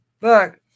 Look